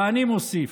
ואני מוסיף: